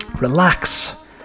relax